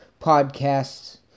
podcasts